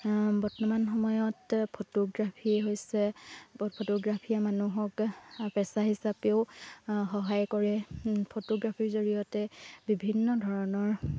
বৰ্তমান সময়ত ফটোগ্ৰাফী হৈছে ফটোগ্ৰাফীয়ে মানুহক পেচা হিচাপেও সহায় কৰে ফটোগ্ৰাফীৰ জৰিয়তে বিভিন্ন ধৰণৰ